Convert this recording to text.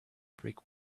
brick